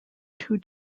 two